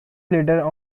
later